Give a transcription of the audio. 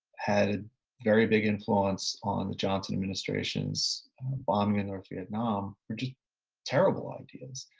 had a very big influence on the johnson administration's bombing in north vietnam, were just terrible ideas.